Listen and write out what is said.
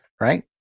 right